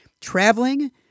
traveling